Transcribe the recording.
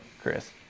chris